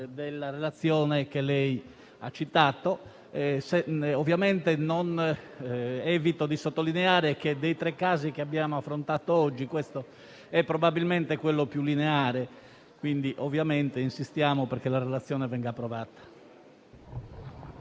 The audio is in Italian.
della relazione che lei ha citato. Non evito di sottolineare che, dei tre casi affrontati oggi, questo è probabilmente il più lineare, quindi insistiamo perché la relazione venga approvata.